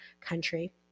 country